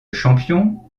champion